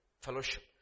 fellowship